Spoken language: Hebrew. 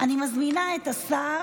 אני מזמינה את השר